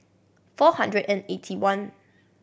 four hundred and eighty one